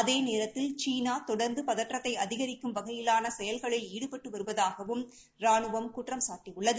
அதே நேரத்தில் சீனா தொடர்ந்து பதற்றத்தை அதிகரிக்கும் வகையிலான செயல்களில் ஈடுபட்டு வருவதாகவும் ராணுவம் குற்றம்சாட்டியுள்ளது